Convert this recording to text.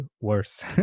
worse